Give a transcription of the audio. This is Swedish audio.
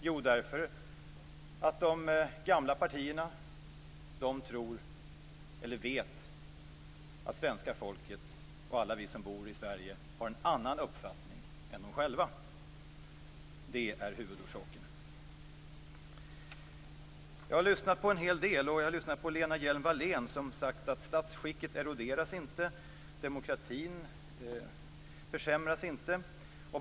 Jo, därför att de gamla partierna vet att svenska folket och alla vi som bor i Sverige har en annan uppfattning än de själva. Det är huvudorsaken. Jag har lyssnat på en hel del. Jag har lyssnat på Lena Hjelm-Wallén, som har sagt att statsskicket inte eroderas och demokratin inte försämras.